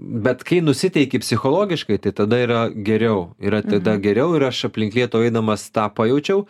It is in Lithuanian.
bet kai nusiteiki psichologiškai tai tada yra geriau yra tada geriau ir aš aplink lietuvą eidamas tą pajaučiau